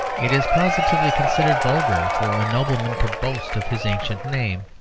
it is positively considered vulgar for a nobleman to boast of his ancient name,